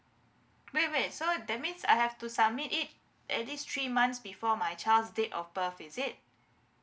wait wait so that means I have to submit it at least three months before my child's date of birth is it